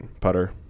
putter